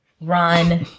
run